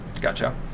gotcha